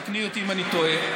תקני אותי אם אני טועה,